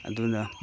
ꯑꯗꯨꯅ